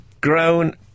grown